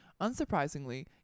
Unsurprisingly